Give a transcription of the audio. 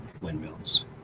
windmills